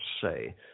say